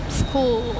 school